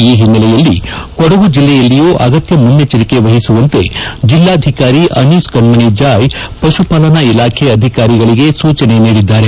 ಈ ಹಿನ್ನೆಲೆಯಲ್ಲಿ ಕೊಡಗು ಜಿಲ್ಲೆಯಲ್ಲಿಯೂ ಅಗತ್ಯ ಮುನ್ನೆಚ್ಚರಿಕೆ ವಹಿಸುವಂತೆ ಜಿಲ್ಲಾಧಿಕಾರಿ ಅನೀಸ್ ಕಣ್ಣಣಿ ಜಾಯ್ ಪಶುಪಾಲನಾ ಇಲಾಖೆ ಅಧಿಕಾರಿಗಳಗೆ ಸೂಚನೆ ನೀಡಿದ್ದಾರೆ